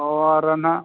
ᱦᱮᱸ ᱟᱨ ᱦᱟᱸᱜ